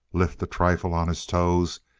lift a trifle on his toes,